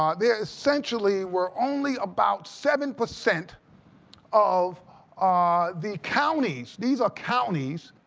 um there essentially were only about seven percent of the counties, these are counties,